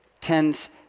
tends